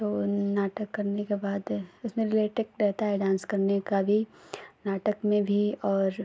तो नाटक करने के बाद उसमें रिलेटेक रहता है डांस करने का भी नाटक में भी और